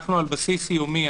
אנחנו על בסיס יומי,